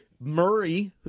Murray